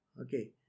Okay